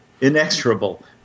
Inexorable